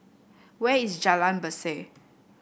where is Jalan Berseh